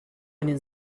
eine